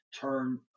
turn